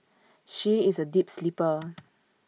she is A deep sleeper